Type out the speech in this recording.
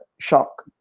shock